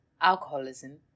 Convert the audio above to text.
alcoholism